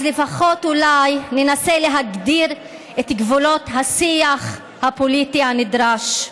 אז לפחות אולי ננסה להגדיר את גבולות השיח הפוליטי הנדרש.